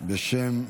בשם הממשלה.